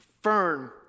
fern